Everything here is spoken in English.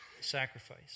sacrifice